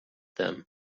them